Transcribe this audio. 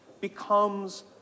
becomes